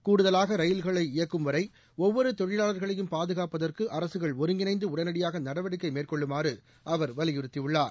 கூடுதலாக ரயில்களை இயக்கும்வரை ஒவ்வொரு தொழிலாளர்களையும் பாதுகாப்பதற்கு அரசுகள் ஒருங்கிணைந்து உடனடியாக நடவடிக்கை மேற்கொள்ளுமாறு அவர் வலியுறுத்தியுள்ளார்